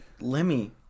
Lemmy